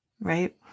right